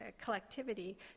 collectivity